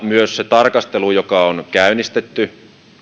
myös sen tarkastelun joka on käynnistetty